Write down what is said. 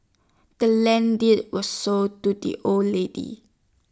the land deed was sold to the old lady